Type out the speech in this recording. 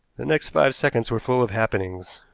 the next five seconds were full of happenings.